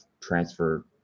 transfer